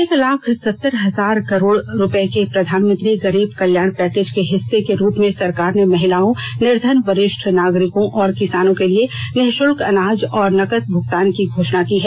एक लाख सत्तर हजार करोड़ रुपये के प्रधानमंत्री गरीब कल्याण पैकेज के हिस्से के रूप में सरकार ने महिलाओं निर्धन वरिष्ठ नागरिकों और किसानों के लिए निःशल्क अनाज और नकद भुगतान की घोषणा की है